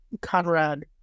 Conrad